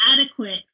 adequate